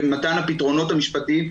במתן הפתרונות המשפטיים,